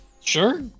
Sure